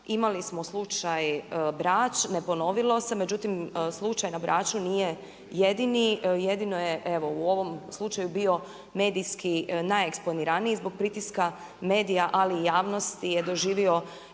Imali smo slučaj Brač, ne ponovilo se međutim slučaj n Braču nije jedini, jedino je u ovom slučaju bio medijski najeksponiraniji zbog pritiska medija ali i javnosti je doživio